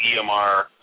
EMR